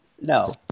no